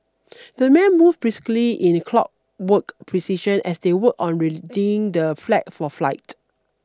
the men moved briskly in the clockwork precision as they worked on readying the flag for flight